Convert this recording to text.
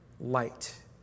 light